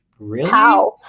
really? how?